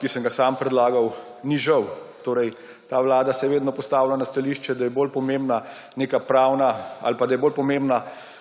ki sem ga sam predlagal, ni žal. Ta vlada se je vedno postavila na stališče, da je bolj pomembna vsebina kot pa neka pravna